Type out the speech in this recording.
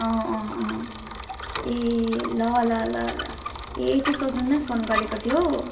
अँ अँ अँ ए ल ल ल ल ए त्यही सोध्नु नै फोन गरेको थियो